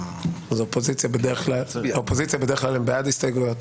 האופוזיציה בדרך כלל הם בעד הסתייגויות,